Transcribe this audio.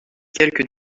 quelques